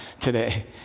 today